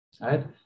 right